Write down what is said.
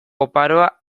oparoa